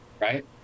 right